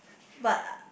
but